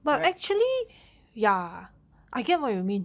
correct